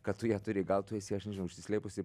kad tu ją turi gal tu eisi aš užsislėpusi